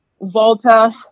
Volta